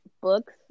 books